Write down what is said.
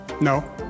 No